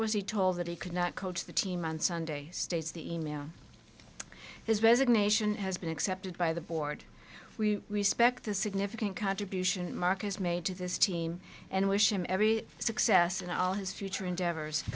was he told that he could not coach the team on sunday states the e mail his resignation has been accepted by the board we respect the significant contribution mark has made to this team and wish him every success in all his future endeavors